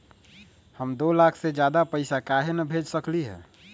हम दो लाख से ज्यादा पैसा काहे न भेज सकली ह?